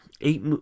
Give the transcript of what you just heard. eight